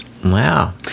Wow